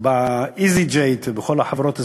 ב"איזי ג'ט" ובכל החברות הזולות,